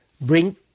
bring